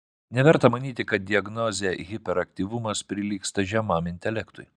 neverta manyti kad diagnozė hiperaktyvumas prilygsta žemam intelektui